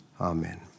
Amen